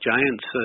Giants